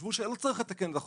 חשבו שלא צריך לתקן את החוק.